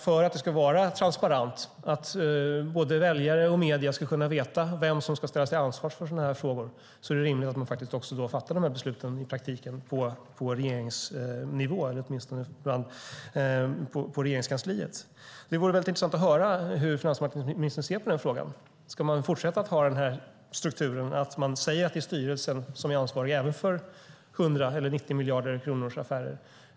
För att det ska vara transparent så att både väljare och medier ska veta vem som ska ställas till svars är det rimligt att dessa beslut också formellt fattas på regeringsnivå eller åtminstone på Regeringskansliet. Det vore intressant att höra hur finansmarknadsministern ser på denna fråga. Ska ni fortsätta med strukturen där ni säger att det är styrelsen som är ansvarig även för 90-miljardersaffärer?